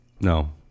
No